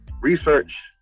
Research